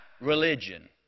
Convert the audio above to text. Religion